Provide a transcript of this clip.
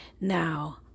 Now